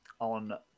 on